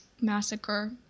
massacre